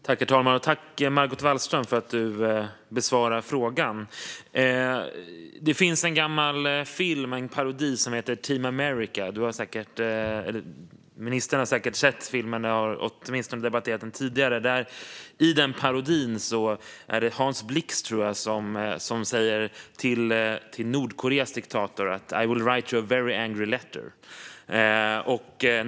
Herr talman! Tack, Margot Wallström, för att du besvarar frågan! Det finns en gammal film, en parodi, som heter Team America . Ministern har säkert sett filmen; vi har åtminstone debatterat den tidigare. I parodin säger Hans Blix till Nordkoreas diktator: I will write you av very angry letter!